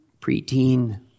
preteen